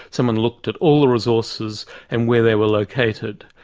someone looked at all the resources and where they were located.